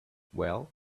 well